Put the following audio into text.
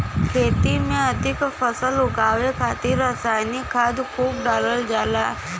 खेती में अधिक फसल उगावे खातिर रसायनिक खाद खूब डालल जाला